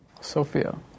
Sophia